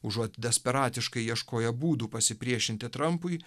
užuot desperatiškai ieškoję būdų pasipriešinti trampui